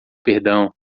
perdão